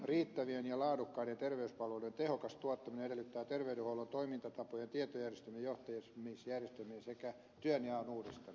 riittävien ja laadukkaiden terveyspalveluiden tehokas tuottaminen edellyttää terveydenhuollon toimintatapojen tietojärjestelmien ja johtamisjärjestelmien sekä työnjaon uudistamista